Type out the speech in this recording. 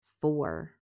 four